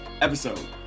episode